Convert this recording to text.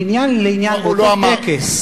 מעניין לעניין באותו טקס.